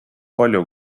palju